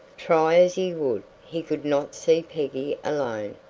try as he would, he could not see peggy alone.